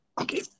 Okay